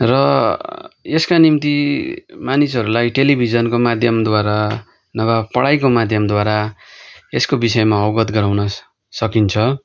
र यसका निम्ति मानिसहरूलाई टेलिभिजनको माध्यमद्वारा नभए पढाईको माध्यमद्वारा यसको विषयमा अवगत गराउन सकिन्छ